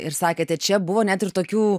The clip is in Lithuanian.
ir sakėte čia buvo net ir tokių